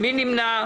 מי נמנע?